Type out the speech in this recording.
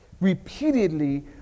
repeatedly